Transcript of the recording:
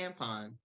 tampon